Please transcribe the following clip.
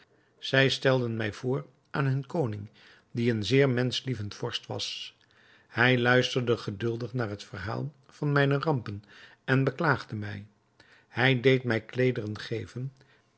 zij stelden mij voor aan hun koning die een zeer menschlievend vorst was hij luisterde geduldig naar het verhaal van mijne rampen en beklaagde mij hij deed mij kleederen geven